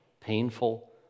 painful